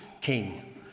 king